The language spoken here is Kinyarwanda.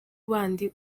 bandi